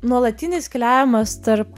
nuolatinis keliavimas tarp